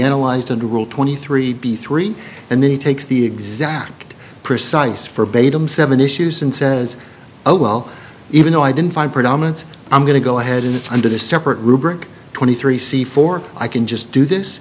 analyzed under rule twenty three b three and then he takes the exact precise forbade him seven issues and says oh well even though i didn't find predominance i'm going to go ahead and under the separate rubric twenty three c four i can just do this